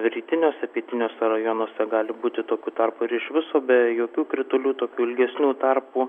rytiniuose pietiniuose rajonuose gali būti tokių tarpų ir iš viso be jokių kritulių tokių ilgesnių tarpų